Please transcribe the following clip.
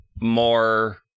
more